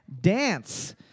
Dance